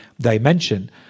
dimension